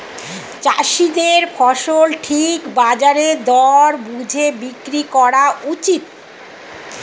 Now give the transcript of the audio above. চাষীদের ফসল ঠিক বাজার দর বুঝে বিক্রি করা উচিত